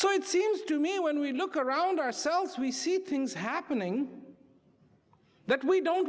so it seems to me when we look around ourselves we see things happening that we